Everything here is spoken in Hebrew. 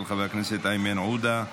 של חבר הכנסת איימן עודה.